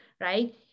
right